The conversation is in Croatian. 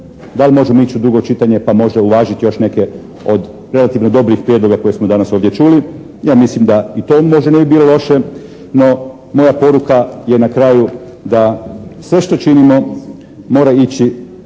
da li možemo ići u drugo čitanje pa možda uvažiti još neke od relativno dobrih prijedloga koje smo danas ovdje čuli. Ja mislim da i to možda ne bi bilo loše. No moja poruka je na kraju da sve što činimo mora ići,